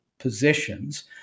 positions